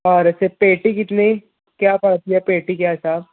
اور اس کے پیٹی کتنی کیا پڑتی ہے پیٹی کیا حساب